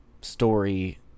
story